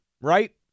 right